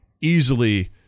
easily